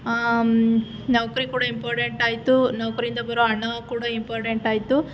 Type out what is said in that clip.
ನೌಕರಿ ಕೂಡ ಇಂಪೊರ್ಡೆಂಟ್ ಆಯಿತು ನೌಕರಿಯಿಂದ ಬರೋ ಹಣ ಕೂಡಾ ಇಂಪೊರ್ಡೆಂಟ್ ಆಯಿತು